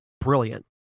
brilliant